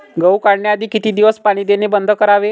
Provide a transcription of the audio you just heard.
गहू काढण्याआधी किती दिवस पाणी देणे बंद करावे?